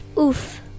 Oof